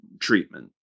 treatment